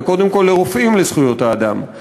וקודם כול ל"רופאים לזכויות אדם";